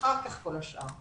ואחר כך כל השאר.